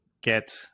get